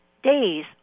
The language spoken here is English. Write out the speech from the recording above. days